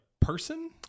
person